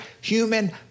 human